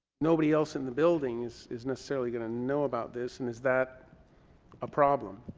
nobody else in the buildings is necessarily going to know about this, and is that a problem?